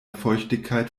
feuchtigkeit